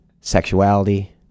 sexuality